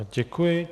Děkuji.